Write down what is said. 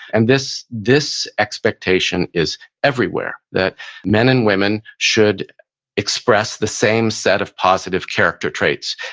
and this this expectation is everywhere that men and women should express the same set of positive character traits,